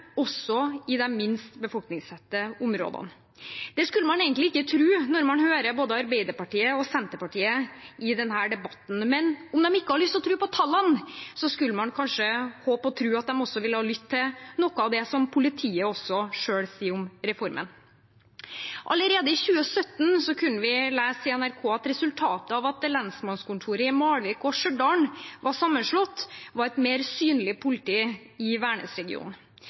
også i de minst befolkningstette områdene. Det skulle man egentlig ikke tro når man hører Arbeiderpartiet og Senterpartiet i denne debatten. Men om de ikke har lyst til å tro på tallene, skulle man kanskje håpe og tro at de ville lytte til noe av det politiet selv sier om reformen. Allerede i 2017 kunne vi lese på nrk.no at resultatet av at lensmannskontorene i Malvik og Stjørdal var sammenslått, var et mer synlig politi i